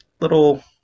little